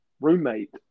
roommate